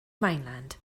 mainland